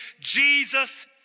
Jesus